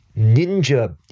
ninja